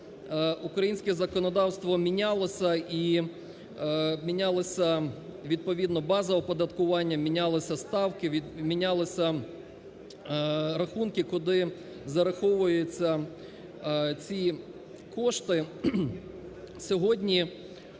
українське законодавство мінялося і мінялося відповідно базове оподаткування, мінялися ставки, мінялися рахунки, куди зараховуються ці кошти.